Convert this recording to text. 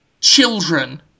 children